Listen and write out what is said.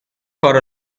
for